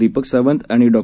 दीपक सावंत आणि डॉ